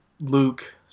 Luke